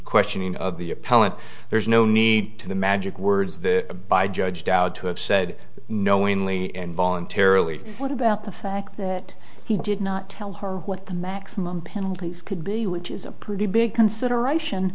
questioning of the appellant there's no need to the magic words that by judge dowd to have said knowingly and voluntarily what about the fact that he did not tell her what the maximum penalties could be which is a pretty big consideration